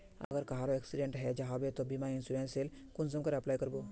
अगर कहारो एक्सीडेंट है जाहा बे तो बीमा इंश्योरेंस सेल कुंसम करे अप्लाई कर बो?